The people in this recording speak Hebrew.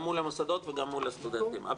גם מול המוסדות וגם מול הסטודנטים.